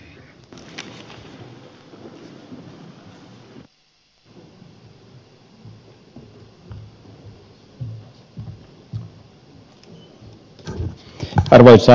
arvoisa puhemies